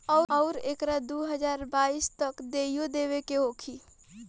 अउरु एकरा के दू हज़ार बाईस तक ले देइयो देवे के होखी